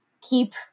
keep